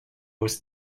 was